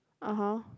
(uh huh)